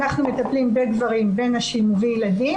'אנחנו מטפלים בגברים בנשים ובילדים',